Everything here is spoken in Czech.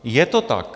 Je to tak!